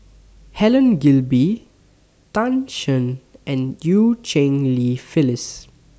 Helen Gilbey Tan Shen and EU Cheng Li Phyllis